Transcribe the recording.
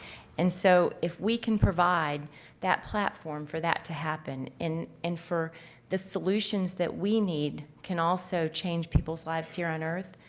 and so, if we can provide that platform for that to happen in and for the solutions that we need can also change people's lives here on earth,